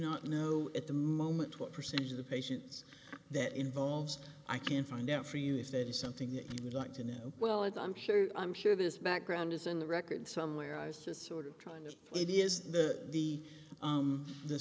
not know at the moment what percentage of the patients that involves i can find out for you if that is something that you would like to know well as i'm sure i'm sure this background is in the record somewhere i was just sort of trying as it is the the